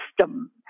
system